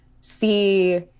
see